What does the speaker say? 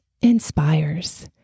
inspires